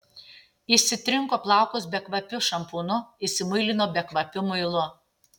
išsitrinko plaukus bekvapiu šampūnu išsimuilino bekvapiu muilu